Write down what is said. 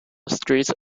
streets